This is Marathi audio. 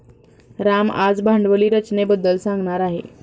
राम आज भांडवली रचनेबद्दल सांगणार आहे